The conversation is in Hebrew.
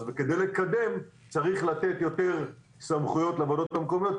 אז כדי לקדם צריך לתת יותר סמכויות לוועדות המקומיות.